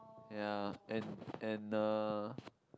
ya and and uh